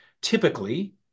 typically